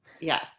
yes